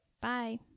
Bye